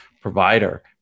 provider